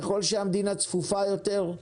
ככל שהמדינה צפופה יותר,